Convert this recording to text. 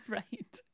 right